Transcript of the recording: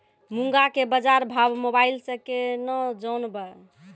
मूंग के बाजार भाव मोबाइल से के ना जान ब?